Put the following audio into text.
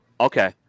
Okay